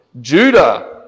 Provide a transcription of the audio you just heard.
Judah